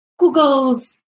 Googles